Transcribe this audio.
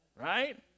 right